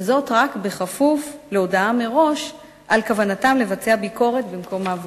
וזאת רק בכפוף להודעה מראש על כוונתם לבצע ביקורת במקום העבודה.